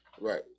right